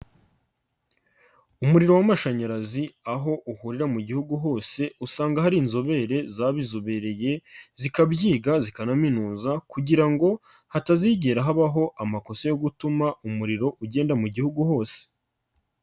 Umuriro w'amashanyarazi aho uhurira mu gihugu hose usanga hari inzobere zabizobereye zikabyiga zikanaminuza kugira ngo hatazigera habaho amakosa yo gutuma umuriro ugenda mu gihugu hose.